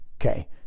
Okay